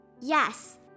Yes